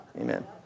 Amen